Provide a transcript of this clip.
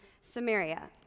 Samaria